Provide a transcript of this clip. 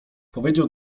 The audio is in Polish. powiedział